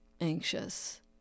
anxious